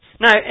Now